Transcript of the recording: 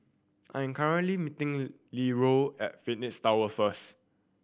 I am meeting Leeroy at Phoenix Tower first